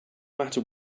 matter